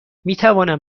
میتوانم